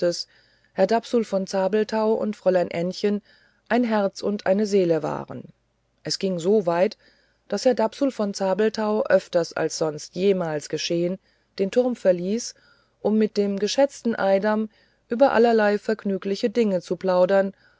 herr dapsul von zabelthau und fräulein ännchen ein herz und eine seele waren es ging so weit daß herr dapsul von zabelthau öfter als sonst jemals geschehn den turm verließ um mit dem geschätzten eidam über allerlei vergnügliche dinge zu plaudern